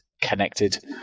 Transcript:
connected